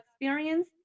experience